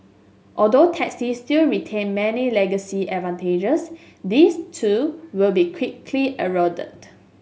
although taxis still retain many legacy advantages these too will be quickly eroded